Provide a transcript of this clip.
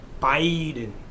Biden